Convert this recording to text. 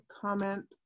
comment